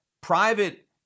private